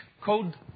code